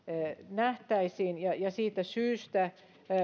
nähtäisiin siitä syystä